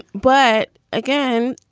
but again,